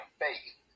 faith